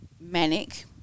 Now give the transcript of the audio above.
manic